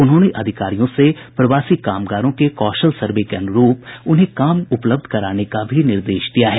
उन्होंने अधिकारियों से प्रवासी कामगारों के कौशल सर्वे के अनुरूप उन्हें काम उपलब्ध कराने का भी निर्देश दिया है